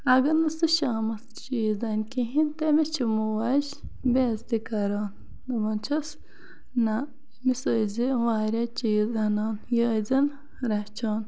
اگر نہٕ سُہ شامَس چیٖز اَنہِ کِہیٖنۍ تٔمِس چھِ موج بے عزتی کَران دَپان چھَس نَہ امس ٲسزٕ واریاہ چیٖز اَنان یہِ ٲسۍ زیٚن رَچھان